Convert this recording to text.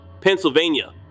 Pennsylvania